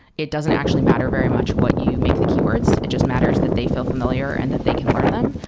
it doesn't actually matter very much what you make the keywords. it just matters that they feel familiar and that they can learn them.